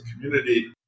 community